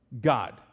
God